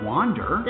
Wander